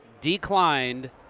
declined